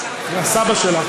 סבא שלי.